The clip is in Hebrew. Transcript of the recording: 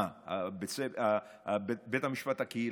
מה, בית המשפט הקהילתי.